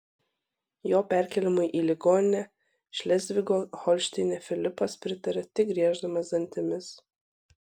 jo perkėlimui į ligoninę šlezvigo holšteine filipas pritarė tik grieždamas dantimis